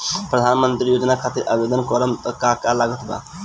प्रधानमंत्री योजना खातिर आवेदन करम का का लागत बा?